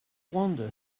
wander